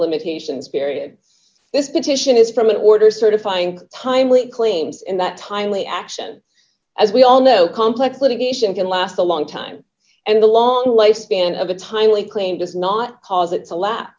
limitations period this petition is from an order certifying timely claims and that timely action as we all know complex litigation can last a long time and the long life span of a timely claim does not cause its a lap